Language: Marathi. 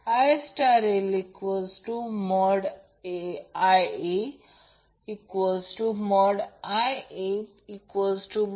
हे a ते b आहे म्हणून ही मुळात ही लाईन आहे ही लाईन आहे म्हणून मुळात Vab VL अँगल 0° Vbc आहे